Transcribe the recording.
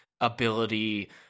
ability